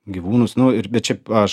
gyvūnus nu ir bet čia aš